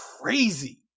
crazy